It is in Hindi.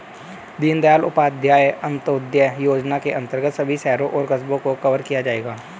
दीनदयाल उपाध्याय अंत्योदय योजना के अंतर्गत सभी शहरों और कस्बों को कवर किया जाएगा